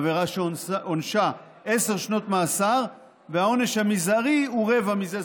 עבירה שעונשה עשר שנות מאסר והעונש המזערי הוא רבע מזה,